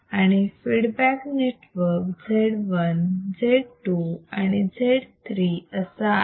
आणि feedback network Z1 Z2 and Z3 असा आहे